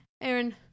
Aaron